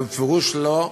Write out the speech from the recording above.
בפירוש לא,